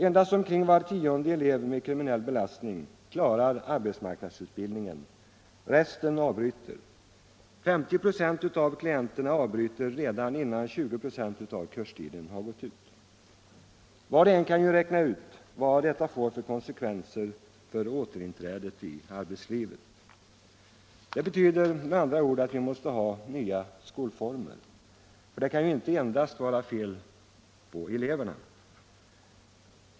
Endast omkring var tionde elev med kriminell belastning klarar arbetsmarknadsutbildningen, resten avbryter. 50 96 av klienterna avbryter redan innan en femtedel av kurstiden har gått ut. Var och en kan räkna ut vad detta får för konsekvenser för återinträdet i arbetslivet. Det betyder med andra ord att vi måste ha nya skolformer, för det kan inte endast vara fel på eleverna.